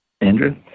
Andrew